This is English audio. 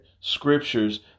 scriptures